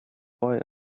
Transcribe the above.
boy